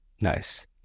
nice